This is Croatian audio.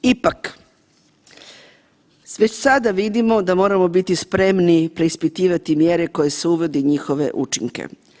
Ipak, već sada vidimo da moramo biti spremni preispitivati mjere koje se uvodi i njihove učinke.